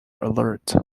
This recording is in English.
alert